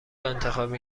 انتخاب